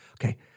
Okay